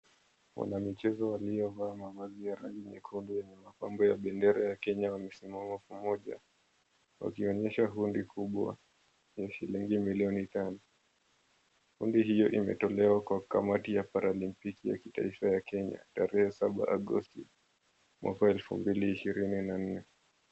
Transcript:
Wanamichezo waliovaa mavazi ya rangi nyekundu yenye mapambo ya bendera ya Kenya wamesimama pamoja wakionyesha hundi kubwa ya shilingi milioni tano. Hundi hio imetolewa kwa kamati la Paralimpiki ya kitaifa ya Kenya tarehe 7/8/2024.